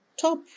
Top